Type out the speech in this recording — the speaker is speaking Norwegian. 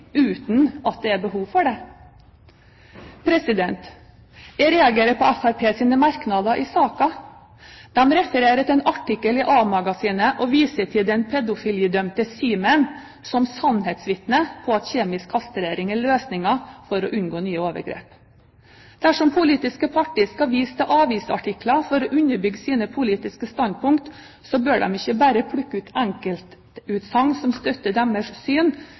uten at det er behov for det. Jeg reagerer på Fremskrittspartiets merknader i saken. De refererer til en artikkel i A-magasinet og viser til den pedofilidømte «Simen» som sannhetsvitne på at kjemisk kastrering er løsningen for å unngå nye overgrep. Dersom politiske parti skal vise til avisartikler for å underbygge sine politiske standpunkt, bør de ikke bare plukke enkeltutsagn som støtter deres syn,